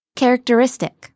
characteristic